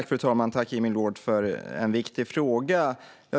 Fru talman! Tack, Jimmy Loord, för en viktig fråga!